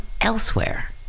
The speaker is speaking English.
elsewhere